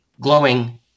glowing